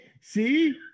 See